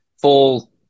full